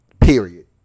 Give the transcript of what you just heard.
Period